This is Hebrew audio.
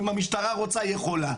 אם המשטרה רוצה היא יכולה.